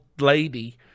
lady